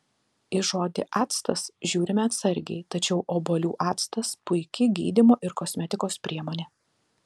į žodį actas žiūrime atsargiai tačiau obuolių actas puiki gydymo ir kosmetikos priemonė